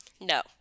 No